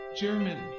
German